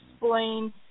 explain